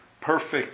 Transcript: perfect